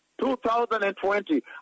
2020